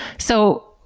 so,